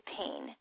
pain